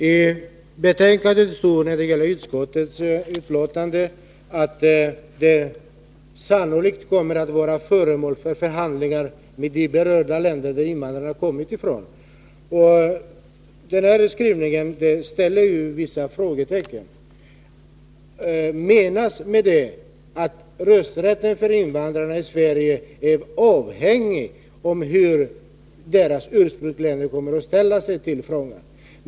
Fru talman! I betänkandet står det att dessa frågor sannolikt kommer att bli föremål för förhandlingar med de länder som invandrarna kommit ifrån. Denna skrivning gör att man måste sätta vissa frågetecken. Menas med detta att rösträtten för invandrare i Sverige är avhängig av hur deras ursprungsländer kommer att ställa sig i frågan?